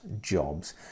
jobs